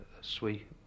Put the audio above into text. sweet